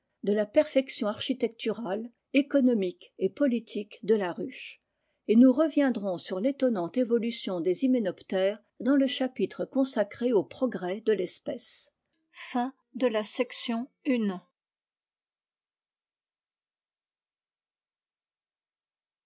de la perfection architecturale économique et politique de la ruche et nous reviendrons sur tétonnante évolution des hyménop tères dans le chapitre consacré au progrès de tespèce